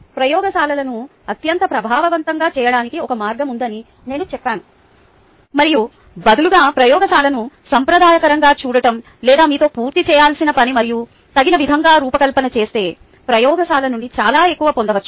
ముఖ్యంగా ప్రయోగశాలలను అత్యంత ప్రభావవంతంగా చేయడానికి ఒక మార్గం ఉందని నేను చెప్పాను మరియు బదులుగా ప్రయోగశాలలను సాంప్రదాయకంగా చూడటం లేదా మీతో పూర్తి చేయాల్సిన పని మరియు తగిన విధంగా రూపకల్పన చేస్తే ప్రయోగశాల నుండి చాలా ఎక్కువ పొందవచ్చు